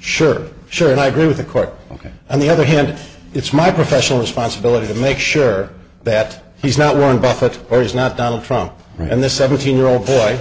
sure sure and i agree with the court ok on the other hand it's my professional responsibility to make sure that he's not warren buffet or is not donald trump and this seventeen year old boy